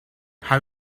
how